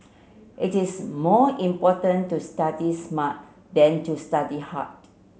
it is more important to study smart than to study hard